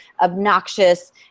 obnoxious